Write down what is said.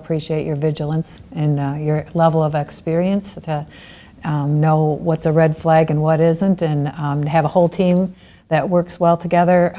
appreciate your vigilance and your level of experience that to know what's a red flag and what isn't and have a whole team that works well together